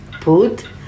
put